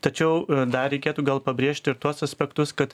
tačiau dar reikėtų gal pabrėžti ir tuos aspektus kad